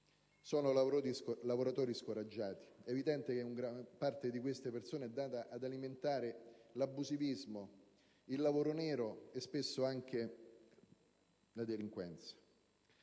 Sono lavoratori scoraggiati; è evidente che una gran parte di queste persone è andata ad alimentare l'abusivismo, il lavoro nero e spesso anche la delinquenza.